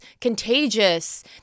contagious